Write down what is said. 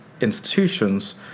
institutions